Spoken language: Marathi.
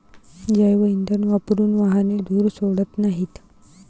जैवइंधन वापरून वाहने धूर सोडत नाहीत